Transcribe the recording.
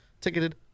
ticketed